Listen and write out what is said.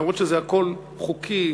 למרות שזה הכול חוקי,